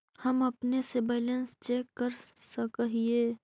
हम अपने से बैलेंस चेक कर सक हिए?